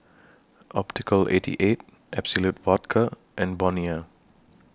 Optical eighty eight Absolut Vodka and Bonia